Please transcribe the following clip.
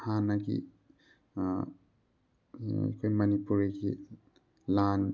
ꯍꯥꯟꯅꯒꯤ ꯑꯩꯈꯣꯏ ꯃꯅꯤꯄꯨꯔꯒꯤ ꯂꯥꯟ